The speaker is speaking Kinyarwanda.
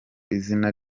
izina